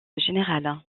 générale